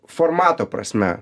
formato prasme